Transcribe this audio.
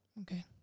Okay